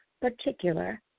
particular